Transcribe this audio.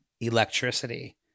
electricity